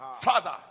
Father